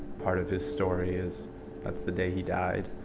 part of his story is that's the day he died.